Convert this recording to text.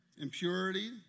impurity